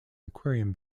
aquarium